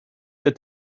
that